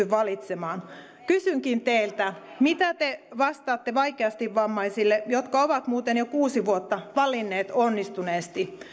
valitsemaan kysynkin teiltä mitä te vastaatte vaikeasti vammaisille jotka ovat muuten jo kuusi vuotta valinneet onnistuneesti